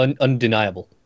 undeniable